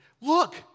Look